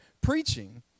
preaching